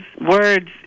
words